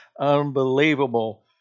unbelievable